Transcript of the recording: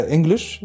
English